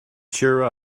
cheer